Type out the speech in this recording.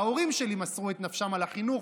ההורים שלי מסרו את נפשם על החינוך,